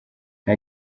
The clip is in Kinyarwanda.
nta